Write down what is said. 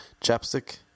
chapstick